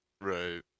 Right